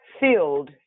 filled